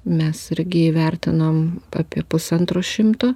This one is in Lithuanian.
mes irgi įvertinom apie pusantro šimto